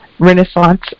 Renaissance